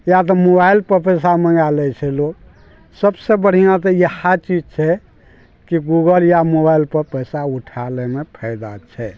या तऽ मोबाइल पर पैसा मँगा लै छै लोग सबसे बढ़िआँ तऽ इएह चीज छै कि गूगल या मोबाइल पर पैसा उठा लैमे फायदा छै